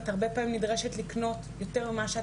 את הרבה פעמים נדרשת לקנות הרבה יותר ממה שאת